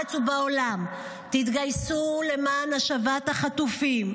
בארץ ובעולם: תתגייסו למען השבת החטופים.